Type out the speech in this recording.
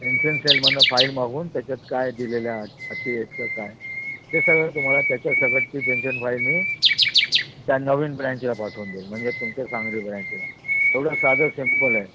pension सेलमधून file मागवून त्याच्यात काय दिलेलं आहे अटी आहेत कं काय ते सगळं तुम्हाला त्याच्यासकट ती पेन्शन फाईल मी त्या नवीन ब्रँचला पाठवून देईन म्हणजे तुमच्या सांगली ब्रँचला एवढं साधं सिम्पल आहे